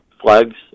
flags